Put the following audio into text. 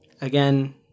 Again